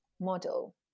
model